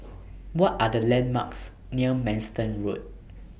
What Are The landmarks near Manston Road